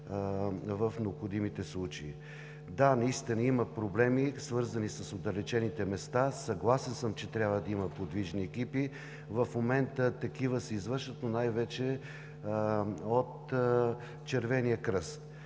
в необходимите случаи. Да, наистина има проблеми, свързани с отдалечените места. Съгласен съм, че трябва да има подвижни екипи. В момента такива има, но най-вече от Червения кръст.